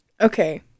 Okay